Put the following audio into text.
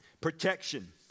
protection